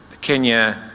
Kenya